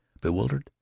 bewildered